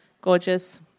gorgeous